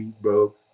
bro